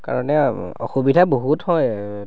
কাৰণে অসুবিধা বহুত হয়